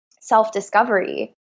self-discovery